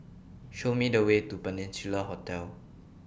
Show Me The Way to Peninsula Hotel